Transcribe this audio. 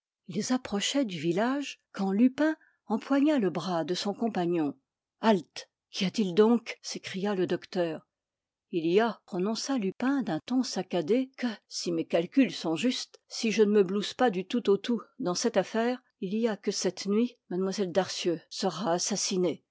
ils approchaient du village quand lupin empoigna le bras de son compagnon halte qu'y a-t-il donc s'écria le docteur il y a prononça lupin d'un ton saccadé que si mes calculs sont justes si je ne me blouse pas du tout au tout dans cette affaire il y a que cette nuit mlle darcieux sera assassinée